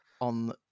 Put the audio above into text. on